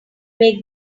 make